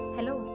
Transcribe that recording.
Hello